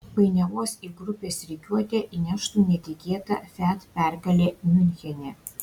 painiavos į grupės rikiuotę įneštų netikėta fiat pergalė miunchene